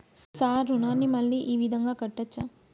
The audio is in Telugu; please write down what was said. సార్ రుణాన్ని మళ్ళా ఈ విధంగా కట్టచ్చా?